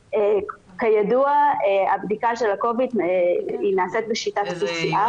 כידוע הבדיקה של ה-covid נעשית בשיטת PCR,